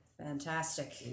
Fantastic